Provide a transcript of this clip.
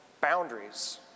boundaries